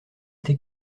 été